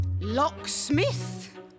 Locksmith